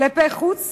כלפי חוץ